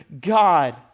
God